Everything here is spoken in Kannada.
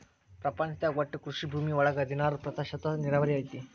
ಪ್ರಪಂಚದಾಗ ಒಟ್ಟು ಕೃಷಿ ಭೂಮಿ ಒಳಗ ಹದನಾರ ಪ್ರತಿಶತಾ ನೇರಾವರಿ ಐತಿ